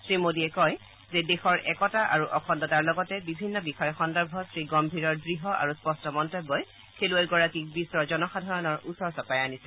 শ্ৰীমোডীয়ে কয় যে দেশৰ একতা আৰু অখণ্ডতাৰ লগতে বিভিন্ন বিষয় সন্দৰ্ভত শ্ৰীগম্ভীৰৰ দ্য় আৰু স্পষ্ট মন্তব্যই খেলুৱৈগৰাকীক বিশ্বৰ জনসাধাৰণৰ ওচৰ চপাই নিছে